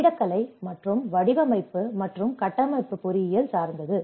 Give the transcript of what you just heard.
கட்டிடக்கலை மற்றும் வடிவமைப்பு மற்றும் கட்டமைப்பு பொறியியல் சார்ந்தது